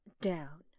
down